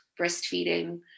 breastfeeding